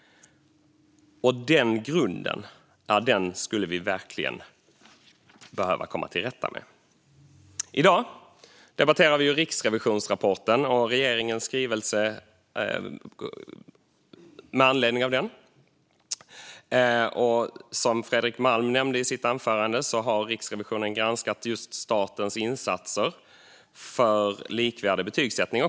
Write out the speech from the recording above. Den grunden skulle vi verkligen behöva komma till rätta med. I dag debatterar vi Riksrevisionens rapport och regeringens skrivelse med anledning av den. Som Fredrik Malm nämnde i sitt anförande har Riksrevisionen granskat just statens insatser för likvärdig betygsättning.